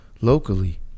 locally